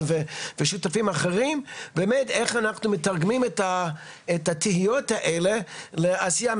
ושותפים אחרים באמת איך אנחנו מתרגמים את התהיות האלה לעשייה.